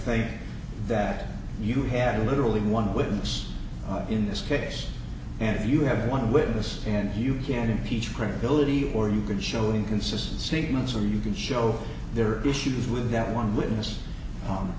think that you have to literally why i'm a witness in this case and you have one witness and you can impeach credibility or you can show inconsistent statements or you can show there are issues with that one witness